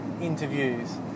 interviews